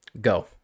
go